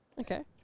Okay